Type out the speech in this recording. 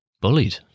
bullied